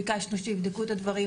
ביקשנו שיבדקו את הדברים,